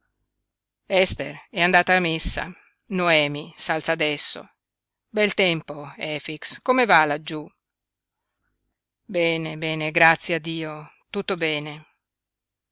ester è andata a messa noemi s'alza adesso bel tempo efix come va laggiú bene bene grazie a dio tutto bene